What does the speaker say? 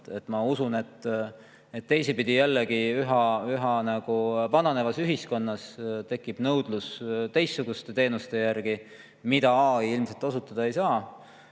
Ma usun, et teisipidi tekib jällegi üha vananevas ühiskonnas nõudlus teistsuguste teenuste järgi, mida AI ilmselt osutada ei saa.